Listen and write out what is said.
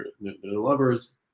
lovers